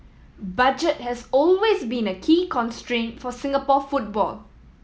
budget has always been a key constraint for Singapore football